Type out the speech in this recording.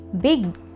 big